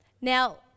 Now